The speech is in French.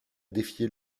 défier